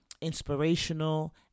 inspirational